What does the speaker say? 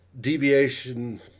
deviation